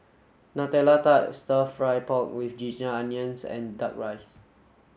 nutella tart stir fry pork with ginger onions and duck rice